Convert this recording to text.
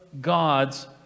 God's